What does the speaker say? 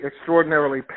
extraordinarily